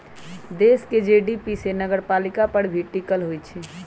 देश के जी.डी.पी भी नगरपालिका पर ही टिकल होई छई